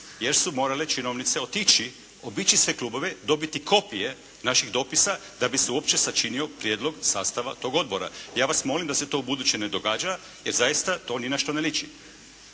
jer su morale činovnice otići, obići sve klubove, dobiti kopije naših dopisa da bi se uopće sačinio prijedlog sastava tog odbora. Ja vas molim da se to ubuduće ne događa jer zaista to ni na što ne liči.